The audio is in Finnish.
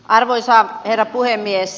arvoisa herra puhemies